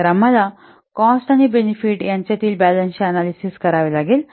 तर आम्हाला कॉस्ट आणि बेनिफिट यांच्यातील बॅलन्स चे अनॅलिसिस करावे लागेल